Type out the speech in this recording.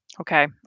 Okay